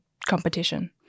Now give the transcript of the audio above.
Competition